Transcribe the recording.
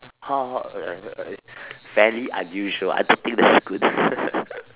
how uh very unusual I don't think that's good